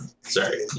Sorry